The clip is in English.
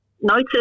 notice